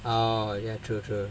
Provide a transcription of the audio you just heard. oh ya true true